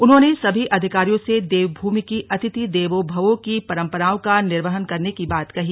उन्होंने सभी अधिकारियों से देवभूमि की अतिथि देवो भवो की परंपराओं का निर्वहन करने की बात कही